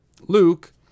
Luke